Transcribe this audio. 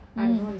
mm